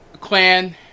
clan